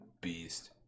beast